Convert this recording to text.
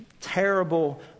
terrible